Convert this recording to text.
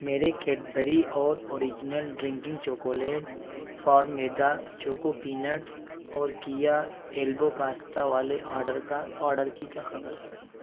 میرے کیڈبری اور original drinking chocolate from Veda choco peanuts اور کییا ایلبو پاستا والے آرڈر کی کیا خبر ہے